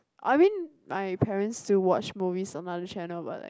I mean my parents still watch movies from other channel but like